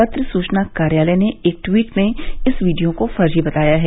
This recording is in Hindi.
पत्र सूचना कार्यालय र्ने एक ट्वीट में इस वीडियो को फर्जी बताया है